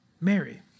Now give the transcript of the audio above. Mary